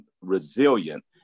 Resilient